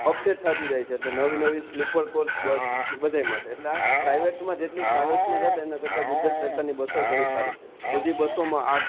update થતી જાય છે એટલે નવી નવી સ્લીપર કોચ બસ બધાં માટે એટલે આ પ્રાઇવેટમાં જેટલી ટ્રાવેલ્સમાં જતા એના કરતાં ગુજરાત સરકારની બસોય ઘણી સારી છે બધી બસોમાં આ